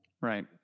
Right